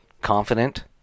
confident